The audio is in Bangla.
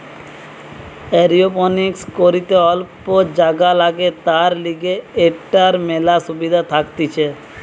এরওপনিক্স করিতে অল্প জাগা লাগে, তার লিগে এটার মেলা সুবিধা থাকতিছে